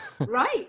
right